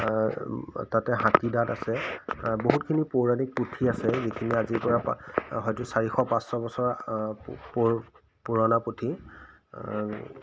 তাতে হাতীদাঁত আছে বহুতখিনি পৌৰাণিক পুথি আছে যিখিনি আজিৰ পৰা হয়তো চাৰিশ পাঁচশ বছৰৰ পৌ পুৰণা পুথি